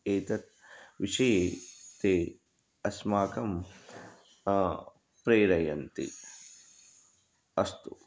एतत् विषये ते अस्माकं प्रेरयन्ति अस्तु